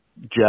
Jeff